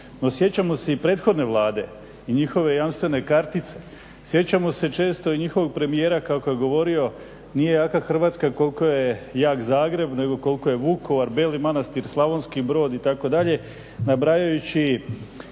sjećamo se i prethodne Vlade i njihove jamstvene kartice, sjećamo se često i njihovoj premijera kako je govorio, nije jaka Hrvatska koliko je jak Zagreb, nego koliko je Vukovar, …, Slavonski Brod, itd., nabrajajući